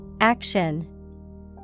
Action